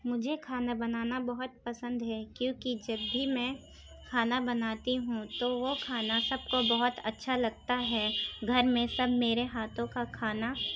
مجھے کھانا بنانا بہت پسند ہے کیونکہ جب بھی میں کھانا بناتی ہوں تو وہ کھانا سب کو بہت اچّھا لگتا ہے گھر میں سب میرے ہاتھوں کا کھانا